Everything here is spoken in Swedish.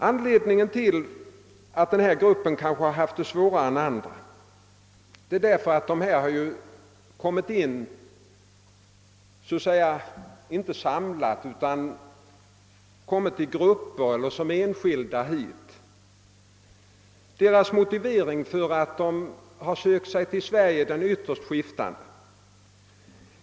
Anledningen till att dessa utlänningar haft det svårare än andra är kanske att de, så att säga, inte samlade kommit in i landet utan de har anlänt som enskilda personer eller i smärre grupper. Deras motiveringar för att ha sökt sig till Sverige är ytterst skiftande.